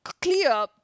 clear